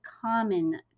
common